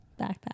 backpack